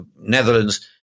Netherlands